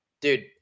dude